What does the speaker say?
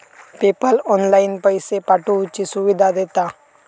PayPal online पैशे पाठवुची सुविधा देता